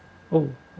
oh